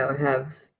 have.